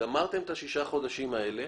שגמרתם את ששת החודשים האלה,